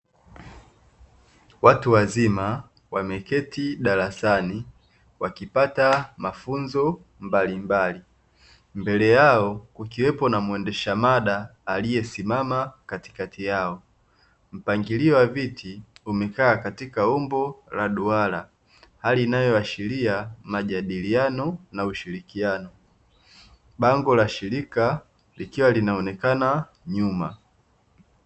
Watu wazima wameketi darasani wakipata mafunzo mbalimbali, mbele yao ukiwepo na mwendesha mada aliyesimama katikati yao, mpangilio wa viti umekaa katika umbo la duara, hali inayoashiria majadiliano na ushirikiano. Bango la shirika likiwa linaonekana nyuma